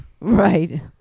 Right